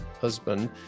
husband